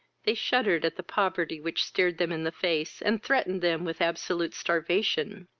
they shuddered at the poverty which stared them in the face, and threatened them with absolute starvation